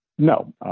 No